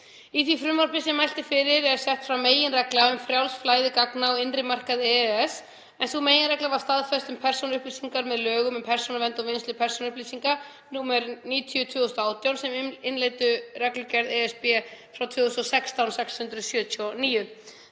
Í því frumvarpi sem mælt er fyrir er sett fram meginregla um frjálst flæði gagna á innri markaði EES, en sú meginregla var staðfest um persónuupplýsingar með lögum um persónuvernd og vinnslu persónuupplýsinga, nr. 90/2018, sem innleiddu reglugerð ESB frá 2016/679.